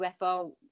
UFO